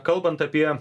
kalbant apie